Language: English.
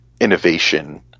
innovation